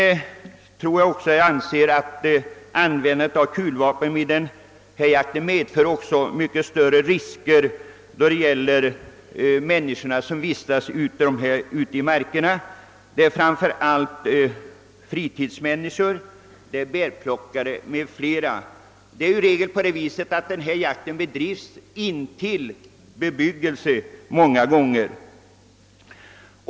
Vidare anser jag nog att användandet av kulvapen i denna jakt medför mycket större risker då det gäller människor som vistas ute i markerna, friluftsmänniskor, bärplockare m.fl. Pyrschjakt bedrivs många gånger intill bebyggelse.